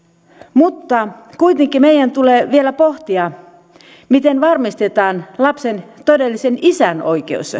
kuitenkin meidän tulee vielä pohtia miten varmistetaan lapsen todellisen isän oikeus